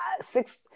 Six